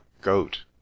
goat